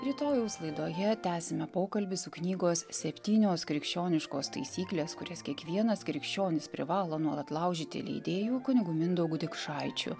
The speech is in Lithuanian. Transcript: rytojaus laidoje tęsime pokalbį su knygos septynios krikščioniškos taisyklės kurias kiekvienas krikščionis privalo nuolat laužyti leidėju kunigu mindaugu dikšaičiu